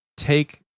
take